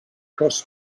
cross